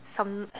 some